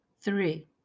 Three